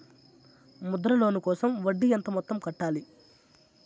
Mudra loan కోసం వడ్డీ ఎంత మొత్తం కట్టాలి